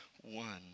one